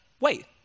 Wait